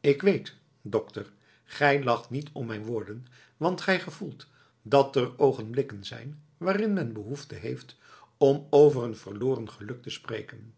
ik weet dokter gij lacht niet om mijn woorden want gij gevoelt dat er oogenblikken zijn waarin men behoefte heeft om over een verloren geluk te spreken